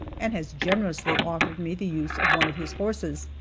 and has generously offered me the use of one of his horses.